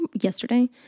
yesterday